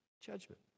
judgment